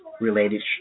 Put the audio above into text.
related